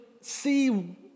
see